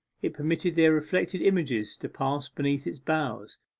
it permitted their reflected images to pass beneath its boughs.